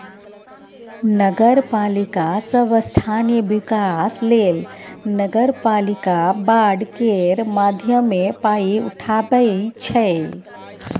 नगरपालिका सब स्थानीय बिकास लेल नगरपालिका बॉड केर माध्यमे पाइ उठाबै छै